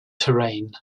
terrain